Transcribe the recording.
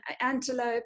antelope